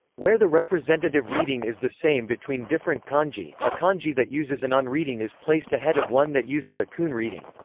where the representative reading is the same between different kanji, a kanji that uses an on reading is placed ahead of one that uses a kun reading.